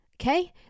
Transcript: okay